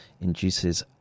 induces